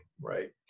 right